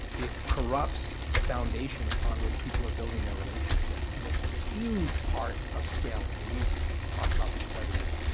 it corrupts the foundation upon which people are building their relationship and a huge part of scaling, and we've talked about this quite a bit,